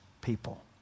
people